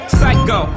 Psycho